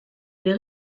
les